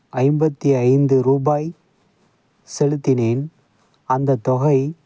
ஐம்பத்தி ஐந்து ரூபாய் செலுத்தினேன் அந்தத் தொகை